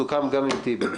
סוכם גם עם טיבי.